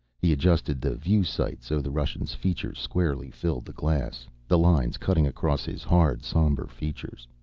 he adjusted the view sight so the russian's features squarely filled the glass, the lines cutting across his hard, somber features.